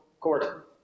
Court